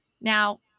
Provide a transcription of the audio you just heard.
Now